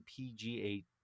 PGA